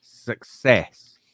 success